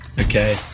okay